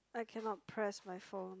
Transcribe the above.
I cannot press my phone